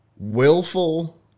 willful